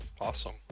awesome